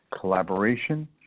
Collaboration